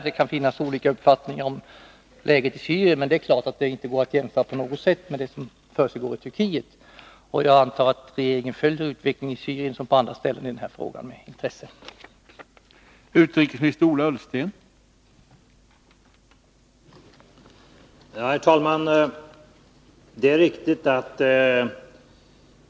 Det kan finnas olika uppfattningar om vad som händer i Syrien, men det är klart att det inte går att jämföra på något sätt med det som försiggår i Turkiet. Jag utgår från att regeringen med intresse följer utvecklingen i Syrien när det gäller den här frågan, liksom utvecklingen på andra ställen.